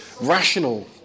rational